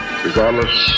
regardless